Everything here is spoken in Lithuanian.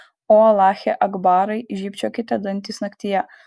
o alache akbarai žybčiokite dantys naktyje